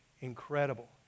Incredible